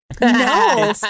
no